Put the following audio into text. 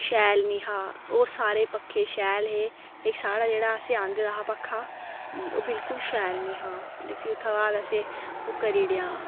शैल नेईं हा होर सारे पक्खे शैल हे ते साढ़ा जेह्ड़ा असें आह्ंदे दा हा पक्खा ओह् बिल्कुल शैल नेईं हा ते फ्ही ओह्दे बाद असें ओह् करी ओड़ेआ